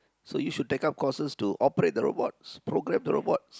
so you should take up courses to operate the robots program the robots